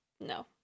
No